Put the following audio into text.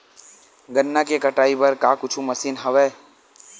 गन्ना के कटाई बर का कुछु मशीन हवय?